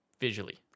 visually